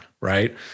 right